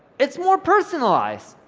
it's more personalized,